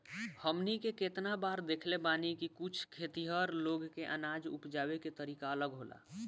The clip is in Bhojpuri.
हमनी के केतना बार देखले बानी की कुछ खेतिहर लोग के अनाज उपजावे के तरीका अलग होला